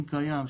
אם קיים,